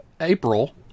April